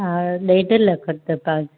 हा ॾेढु लखु अथव